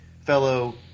fellow